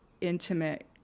intimate